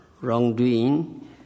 wrongdoing